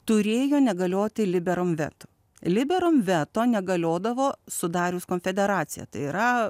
turėjo negalioti liberum veto liberum veto negaliodavo sudarius konfederaciją tai yra